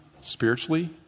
spiritually